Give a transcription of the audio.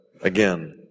again